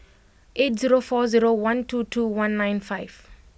eight zero four zero one two two one nine five